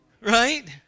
right